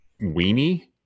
weenie